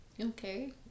Okay